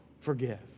forgive